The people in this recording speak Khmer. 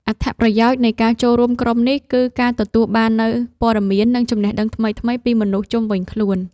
អត្ថប្រយោជន៍នៃការចូលរួមក្រុមនេះ គឺការទទួលបាននូវពត៌មាន និងចំណេះដឹងថ្មីៗពីមនុស្សជុំវិញខ្លួន។